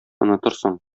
онытырсың